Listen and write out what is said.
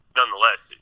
nonetheless